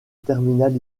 terminal